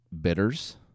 bitters